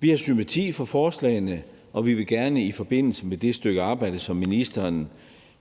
Vi har sympati for forslagene, og vi vil i forbindelse med det stykke arbejde, som ministeren